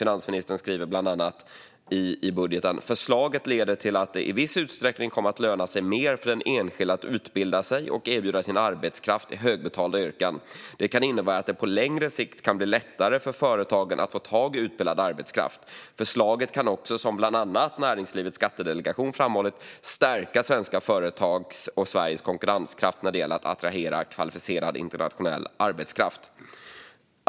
Hon skriver bland annat att det "i viss utsträckning kommer att löna sig mer för den enskilde att utbilda sig till och erbjuda sin arbetskraft i högbetalda yrken. Det kan innebära att det på längre sikt kan bli lättare för företagen att få tag i utbildad arbetskraft. Förslaget kan också, som bland andra Näringslivets skattedelegation framhållit, stärka svenska företags och Sveriges konkurrenskraft när det gäller att attrahera kvalificerad internationell arbetskraft."